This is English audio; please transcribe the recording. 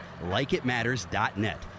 Likeitmatters.net